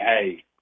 hey